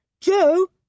Joe